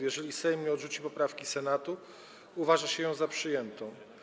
Jeżeli Sejm nie odrzuci poprawki Senatu, uważa się ją za przyjętą.